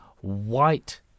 white